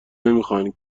نمیخواهند